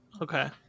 Okay